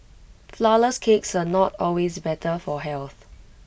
Flourless Cakes are not always better for health